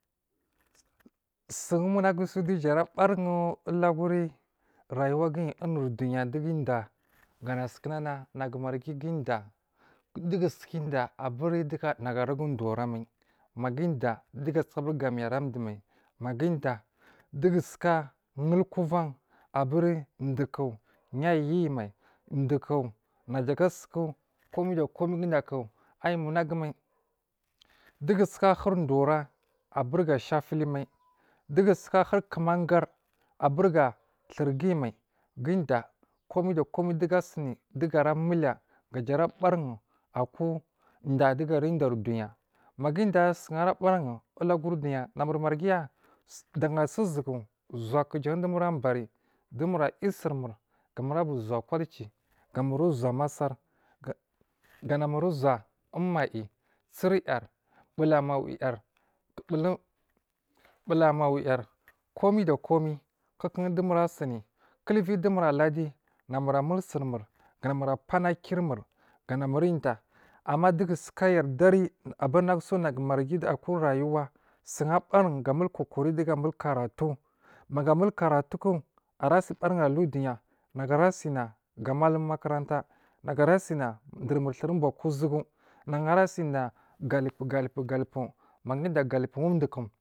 Sun munagusu duja ara barun u laguri raguwaguyi unur duya dugu diyya gana nasuna na nagu marghi gudiyya dugu suka diyya aburi nagu aruga dura mai maga uda dugu suko diyya aburi nagu aruga dura mai maga udiyya dugu suka ciwo gami ara dowo mai maga udiyya dowogu suka ulkavan aburi dowokuya yuyimai, dowoku naja a gasuku komai da komai gudiyyaku ayi munagu mai dugu suka huri dowora aburi ga shavili mai, duwogu suka huri kumangar aburi ga turi guyimai aburi ga komai dowoga ra miliya aku dari duya maga, u diyya sun ra barrin u laguri duya na mur margiya daga suzugu zokwo jan dumur abari dumura ayu sirmur ga mur abu zowo kwalci, ga mur u zowo a massar, gana mur u zowaa u mayi, sir yar bula mawiyar bula mawiyar komai da komai kuka domur asini kul uvi dumur a ladi na mur amul surmur, gana mur apana kirmur gana mur udiyya amma dunagu suka yardari abanasu nagu marghi aku rayuwa sun abarin gamul kokari daga kokari duga a mulkora tu a rasi barin alu duya nagu arasina ga mallum makuraita, nagu ara sina durmur tur ubur kuzowogu, nagu, ara sina galibu galibu na guwon un diyya galibu wanndu ku.